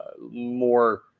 more